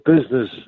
business